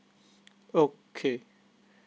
okay